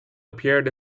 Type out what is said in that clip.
appeared